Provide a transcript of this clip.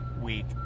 week